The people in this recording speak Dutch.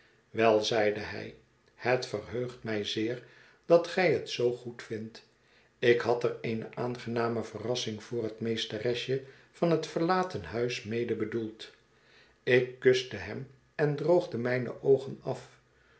wel zeide hij het verheugt mij zeer dat gij het zoo goedvindt ik had er eene aangename verrassing voor het meesteresje van het verlaten huis mede bedoeld ik kuste hem en droogde mijne oogen af